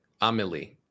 Amelie